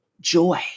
joy